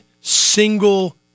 single